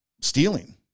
stealing